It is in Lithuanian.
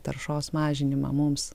taršos mažinimą mums